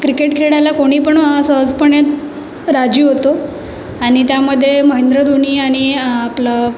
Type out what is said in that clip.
cricket खेळायला कोणी पण सहजपणे राजी होतो आणि त्यामध्ये महेंद्र धोनी आणि आपलं